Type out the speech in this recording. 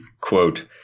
quote